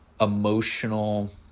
emotional